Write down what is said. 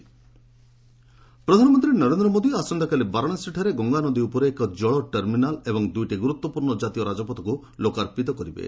PM national highway ପ୍ରଧାନମନ୍ତ୍ରୀ ନରେନ୍ଦ୍ର ମୋଦି ଆସନ୍ତାକାଲି ବାରାଣସୀଠାରେ ଗଙ୍ଗା ନଦୀ ଉପରେ ଏକ ଜଳ ଟର୍ମିନାଲ୍ ଓ ଦୁଇଟି ଗୁରୁତ୍ୱପୂର୍ଣ୍ଣ ଜାତୀୟ ରାଜପଥକୁ ଲୋକାର୍ପିତ କରିବେ